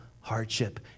hardship